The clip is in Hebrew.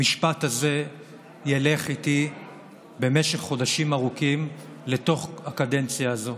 המשפט הזה ילך איתי במשך חודשים ארוכים לתוך הקדנציה הזאת.